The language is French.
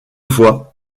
fois